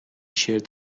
شرت